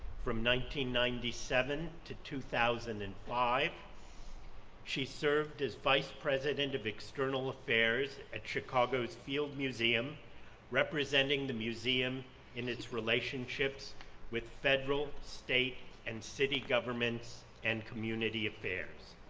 ninety ninety seven to two thousand and five she served as vice president of external affairs at chicago's field museum representing the museum in its relationships with federal state and city governments and community affairs.